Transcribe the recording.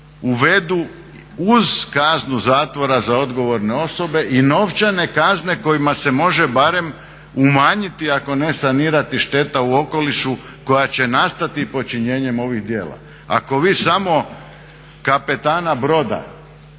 uvedu uz kaznu zatvora za odgovorne osobe i novčane kazne kojima se može barem umanjiti ako ne sanirati šteta u okolišu koja će nastati počinjenjem ovih djela. Ako vi samo kapetana broda